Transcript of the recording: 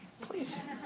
Please